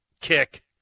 kick